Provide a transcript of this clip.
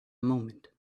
moment